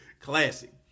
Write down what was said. classic